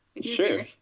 Sure